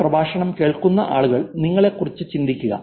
ഈ പ്രഭാഷണം കേൾക്കുന്ന ആളുകൾ നിങ്ങളെക്കുറിച്ച് ചിന്തിക്കുക